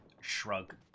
shrug